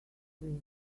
squeeze